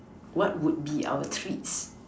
what would be our treats